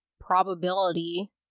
probability